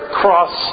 cross